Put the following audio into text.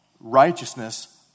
righteousness